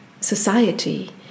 society